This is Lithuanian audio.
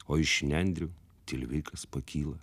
o iš nendrių tilvikas pakyla